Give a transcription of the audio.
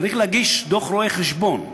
צריך להגיש דוח רואה-חשבון.